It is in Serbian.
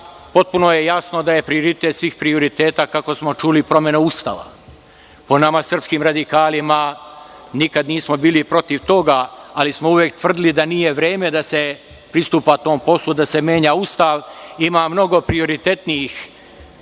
potpuno je jasno da je prioritet svih prioriteta, kako smo čuli, promena Ustava. Po nama srpskim radikalima, nikada nismo bili protiv toga, ali smo uvek tvrdili da nije vreme da se pristupa tom poslu da se menja Ustav. Ima mnogo prioritetnijih